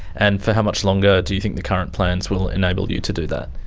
and for how much longer do you think the current plans will enable you to do that?